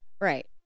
right